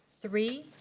three